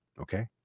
Okay